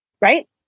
right